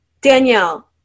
Danielle